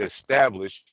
established